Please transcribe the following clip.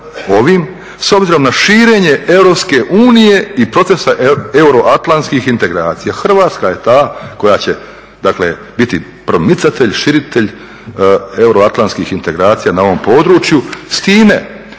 ovim s obzirom na širenje Europske unije i procesa euroatlantskih integracija. Hrvatska je ta koja će biti promicatelj, širitelj euroatlantskih integracija na ovom području, s time